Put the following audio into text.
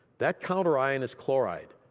that counter-ion is chloride.